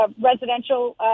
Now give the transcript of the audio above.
residential